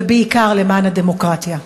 ובעיקר למען הדמוקרטיה.